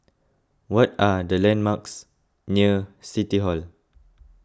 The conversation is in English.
what are the landmarks near City Hall